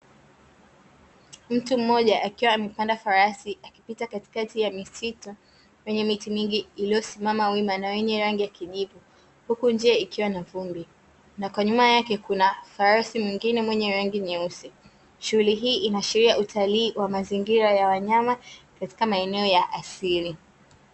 Mtu mmoja akiwa amepanda farasi akipita katikati ya misitu yenye miti mingi, iliyosimama wima na yenye rangi ya kijivu huku njia ikiwa na vumbi. Na kwa nyuma yake kuna farasi mwingine mwenye rangi nyeusi. Shughuli hii inaashiria utalii wa mazingira ya wanyama katika maeneo ya asili.